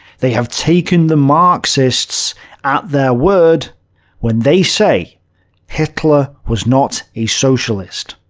they have taken the marxists at their word when they say hitler was not a socialist.